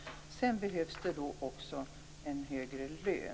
Sedan behövs det högre lön.